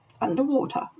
underwater